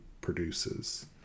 produces